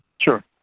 sure